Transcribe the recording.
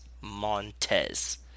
Montez